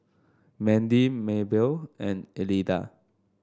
Mandy Maybelle and Elida